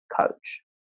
coach